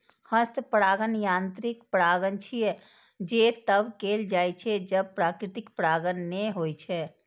हस्त परागण यांत्रिक परागण छियै, जे तब कैल जाइ छै, जब प्राकृतिक परागण नै होइ छै